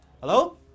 Hello